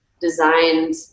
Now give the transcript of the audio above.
designed